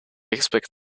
expect